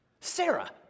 Sarah